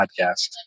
Podcast